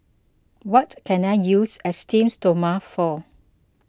what can I use Esteems Stoma for